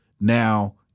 now